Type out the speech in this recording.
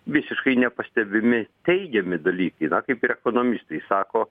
visiškai nepastebimi teigiami dalykai na kaip ir ekonomistai sako